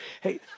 Hey